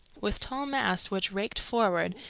with tall masts which raked forward,